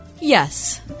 Yes